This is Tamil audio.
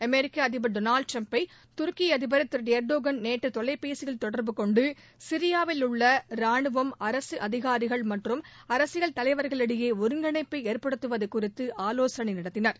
அமெரிக்க அதிபர் திரு டொளால்டு டிரம்பை துருக்கி அதிபர் திரு எர்டோகன் நேற்று தொலைபேசியில் தொடர்புகொண்டு சிரியாவில் உள்ள ரானுவம் அரசு அதிகாரிகள் மற்றும் அரசியல் தலைவர்களிடையே ஒருங்கிணைப்பை ஏற்படுத்துவது குறித்து ஆலோசனை நடத்தினர்